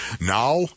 Now